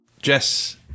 Jess